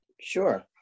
Sure